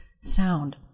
sound